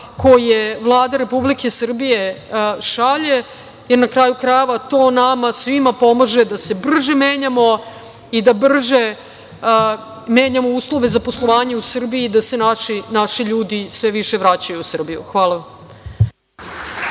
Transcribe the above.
koje Vlada Republike Srbije šalje. Na kraju krajeva, to nama svima pomaže da se brže menjamo i da brže menjamo uslove za poslovanje u Srbiji da se naši ljudi sve više vraćaju u Srbiju. Hvala.